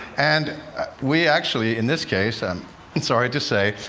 and we actually, in this case, i'm and sorry to say,